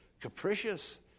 capricious